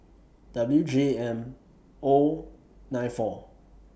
W J M O nine four